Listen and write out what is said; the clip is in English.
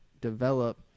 develop